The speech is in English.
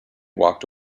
walked